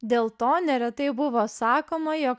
dėl to neretai buvo sakoma jog